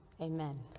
Amen